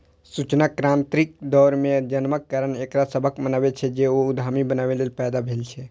सूचना क्रांतिक दौर मे जन्मक कारण एकरा सभक मानब छै, जे ओ उद्यमी बनैए लेल पैदा भेल छै